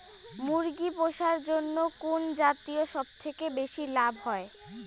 মুরগি পুষার জন্য কুন জাতীয় সবথেকে বেশি লাভ হয়?